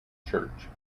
church